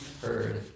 heard